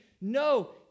No